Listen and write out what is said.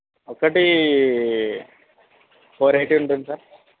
ఒకటి four eighty ఉంటుంది sir